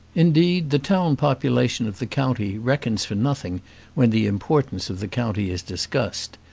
indeed, the town population of the county reckons for nothing when the importance of the county is discussed,